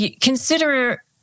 consider